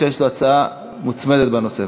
שיש לו הצעה מוצמדת בנושא,